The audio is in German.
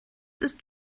ist